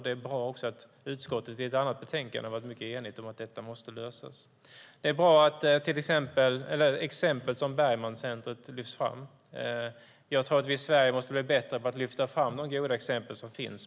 Det är också bra att utskottet i ett annat betänkande har varit mycket enigt om att detta måste lösas. Det är bra att exempel som Bergmancentret lyfts fram. Jag tror att vi i Sverige måste bli bättre på att lyfta fram de goda exempel som finns.